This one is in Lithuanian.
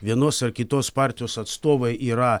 vienos ar kitos partijos atstovai yra